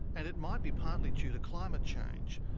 and it might be partly due to climate change.